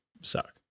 suck